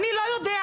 אני לא יודע.